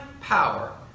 power